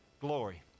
glory